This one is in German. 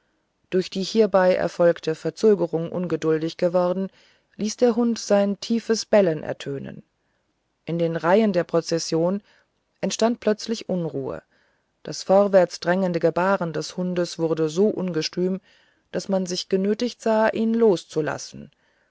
durch die hierbei erfolgte verzögerung ungeduldig geworden ließ der hund sein tiefes bellen ertönen in den reihen der prozession entstand plötzlich unruhe das vorwärts drängende gebaren des hundes wurde so ungestüm daß man sich genötigt sah ihn loszulassen